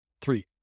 Three